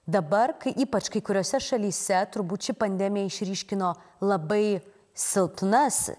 dabar kai ypač kai kuriose šalyse turbūt ši pandemija išryškino labai silpnas